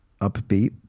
upbeat